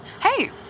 Hey